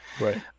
right